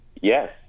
Yes